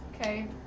Okay